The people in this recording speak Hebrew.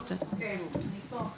כן אני פה.